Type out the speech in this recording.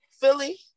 Philly